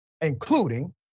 including